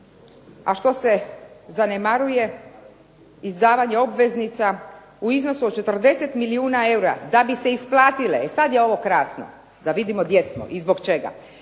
A što se zanemaruje izdavanje obveznica u iznosu od 40 milijuna eura da bi se isplatile, e sad je ovo krasno, da vidimo gdje smo i zbog čega,